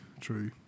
True